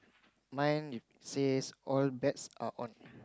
mine says all bets are on